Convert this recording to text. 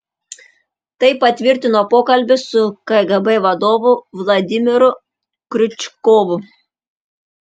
tai patvirtino pokalbis su kgb vadovu vladimiru kriučkovu